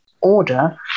order